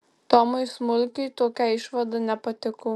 tomui smulkiui tokia išvada nepatiko